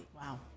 Wow